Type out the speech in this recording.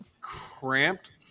cramped